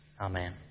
Amen